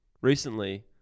recently